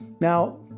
Now